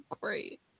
great